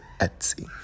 Etsy